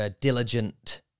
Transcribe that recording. Diligent